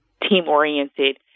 team-oriented